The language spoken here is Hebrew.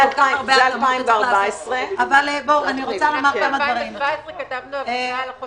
זה 2014. ב-2014 כתבנו עבודה על חוסר המוכנות.